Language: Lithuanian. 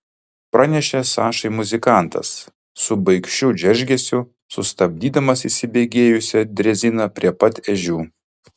pranešė sašai muzikantas su baikščių džeržgesiu sustabdydamas įsibėgėjusią dreziną prie pat ežių